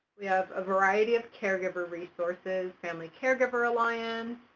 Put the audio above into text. we have a variety of caregiver resources, family caregiver alliance,